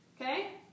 Okay